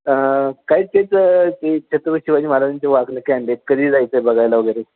काय तेच ते छत्रपती शिवाजी महाराजांचे वाघनखे आणले आहेत कधी जायचं आहे बघायला वगैरे